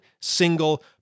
single